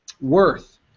worth